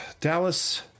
Dallas